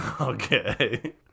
Okay